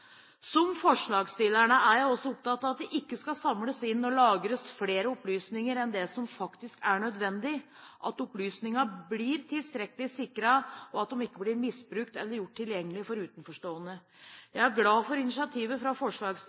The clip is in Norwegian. Som forslagsstillerne er jeg også opptatt av det ikke skal samles inn og lagres flere opplysninger enn det som faktisk er nødvendig, at opplysningene blir tilstrekkelig sikret, og at de ikke blir misbrukt eller gjort tilgjengelig for utenforstående. Jeg er glad for initiativet fra